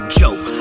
joke